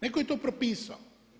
Netko je to propisao.